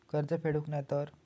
कर्ज फेडूक नाय तर?